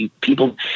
people